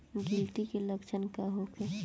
गिलटी के लक्षण का होखे?